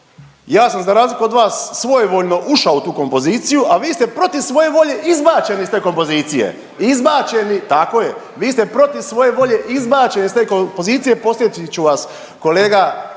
ja sam za razliku od vas, svojevoljno ušao u tu kompoziciju, a vi ste protiv svoje volje izbačeni iz te kompozicije, izbačeni, tako je, vi ste protiv svoje volje izbačeni iz te kompozicije, podsjetit ću vas, kolega,